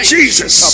Jesus